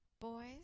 Boys